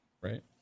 right